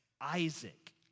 Isaac